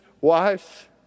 wives